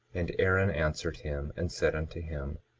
and aaron answered him and said unto him